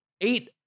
eight